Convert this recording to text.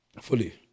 fully